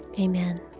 Amen